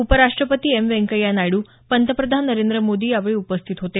उपराष्ट्रपती एम व्यंकय्या नायडू पंतप्रधान नरेंद्र मोदी यावेळी उपस्थित होते